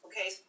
Okay